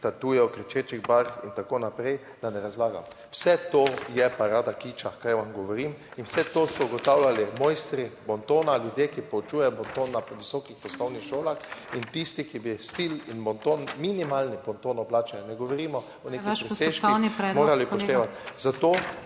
tatujev kričečih barv in tako naprej, da ne razlagam. Vse to je parada kiča, kar vam govorim, in vse to so ugotavljali mojstri bontona, ljudje, ki poučujejo bonton na visokih osnovnih šolah, in tisti, ki bi stil in bonton, minimalni bonton oblačenja, ne govorimo o nekih presežkih, morali upoštevati.